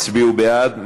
הצביעו בעד.